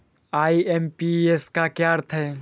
IMPS का क्या अर्थ है?